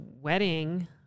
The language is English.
wedding